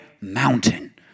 mountain